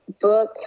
book